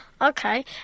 Okay